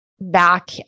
back